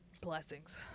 Blessings